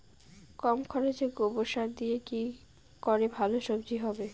কম খরচে গোবর সার দিয়ে কি করে ভালো সবজি হবে?